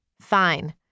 Fine